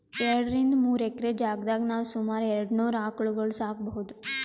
ಎರಡರಿಂದ್ ಮೂರ್ ಎಕ್ರೆ ಜಾಗ್ದಾಗ್ ನಾವ್ ಸುಮಾರ್ ಎರಡನೂರ್ ಆಕಳ್ಗೊಳ್ ಸಾಕೋಬಹುದ್